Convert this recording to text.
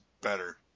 better